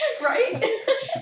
Right